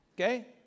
okay